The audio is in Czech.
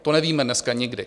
To nevíme dneska nikdy.